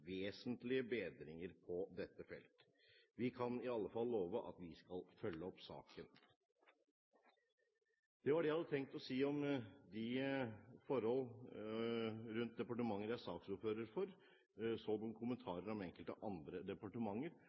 vesentlige bedringer på dette felt. Vi kan i alle fall love at vi skal følge opp saken. Det var det jeg hadde tenkt å si om forhold rundt de departementer jeg er ordfører for. Så noen kommentarer om enkelte andre departementer,